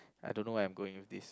I don't know why I'm going with this